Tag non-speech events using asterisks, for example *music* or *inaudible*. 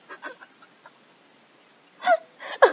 *laughs*